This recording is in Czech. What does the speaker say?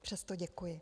Přesto děkuji.